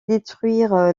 détruire